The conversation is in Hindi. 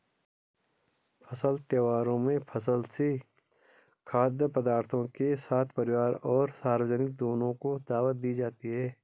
फसल त्योहारों में फसलों से खाद्य पदार्थों के साथ परिवार और सार्वजनिक दोनों को दावत दी जाती है